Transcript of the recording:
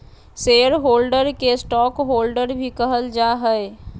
share holder के stockholder भी कहल जा हइ